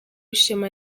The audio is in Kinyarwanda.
ishema